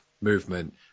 movement